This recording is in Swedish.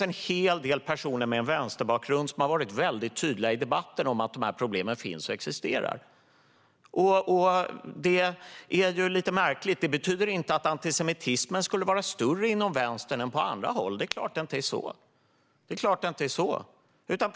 En hel del personer med vänsterbakgrund har varit tydliga i debatten med att de problemen existerar. Det är lite märkligt. Det betyder inte att antisemitismen skulle vara större inom vänstern än på andra håll. Det är klart att det inte är på det sättet.